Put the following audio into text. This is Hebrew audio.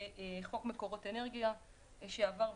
וחוק מקורות אנרגיה שעבר וכולי.